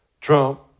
Trump